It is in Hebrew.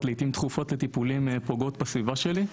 לטיפולים לעיתים דחופות פוגעות בסביבה שלי.